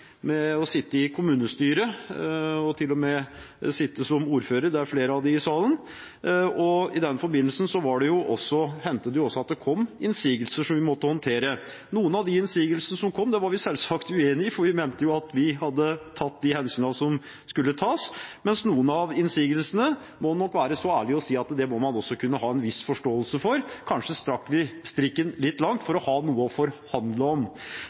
å sitte i kommunestyret – jeg har til og med sittet som ordfører, og det er flere av dem i salen – og i den forbindelse hendte det at det kom innsigelser som vi måtte håndtere. Noen av de innsigelsene som kom, var vi selvsagt uenige i, for vi mente jo at vi hadde tatt de hensyn som skulle tas, mens noen av innsigelsene – man må nok være så ærlig å si det – kunne man også ha en viss forståelse for, kanskje strakk vi strikken litt langt for å ha noe å forhandle om.